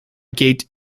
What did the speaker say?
geht